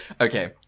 Okay